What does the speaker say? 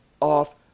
off